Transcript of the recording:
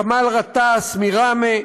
כמאל גטאס מראמה.